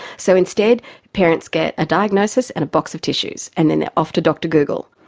so instead parents get a diagnosis and a box of tissues and then they are off to dr google.